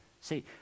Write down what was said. See